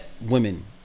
women